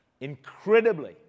Incredibly